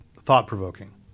thought-provoking